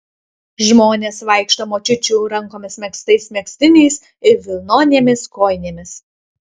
žmonės vaikšto močiučių rankomis megztais megztiniais ir vilnonėmis kojinėmis